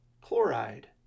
chloride